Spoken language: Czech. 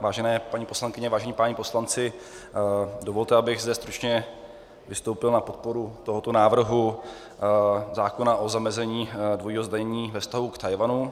Vážené paní poslankyně, vážení páni poslanci, dovolte, abych zde stručně vystoupil na podporu tohoto návrhu zákona o zamezení dvojího zdanění ve vztahu k Tchajwanu.